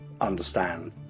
understand